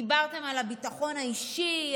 דיברתם על הביטחון האישי,